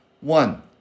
One